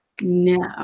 no